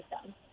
system